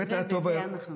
ובזה אנחנו מסיימים.